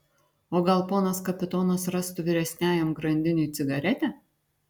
o gal ponas kapitonas rastų vyresniajam grandiniui cigaretę